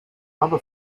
lava